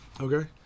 Okay